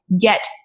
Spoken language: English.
get